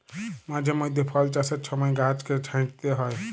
মাঝে মইধ্যে ফল চাষের ছময় গাহাচকে ছাঁইটতে হ্যয়